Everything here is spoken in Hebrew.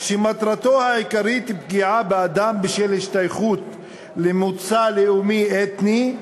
שמטרתו העיקרית פגיעה באדם בשל השתייכות למוצא לאומי-אתני,